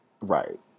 right